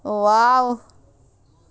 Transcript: oh !wow!